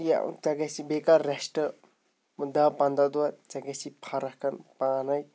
یہِ ژےٚ گژھی بیٚیہِ کَر رٮ۪سٹ دَہ پَنٛداہ دۄہ ژےٚ گژھی فرق پانَے